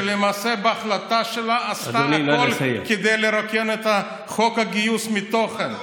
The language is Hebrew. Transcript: שלמעשה בהחלטה שלה עשתה הכול כדי לרוקן את חוק הגיוס מתוכן.